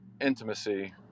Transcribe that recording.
intimacy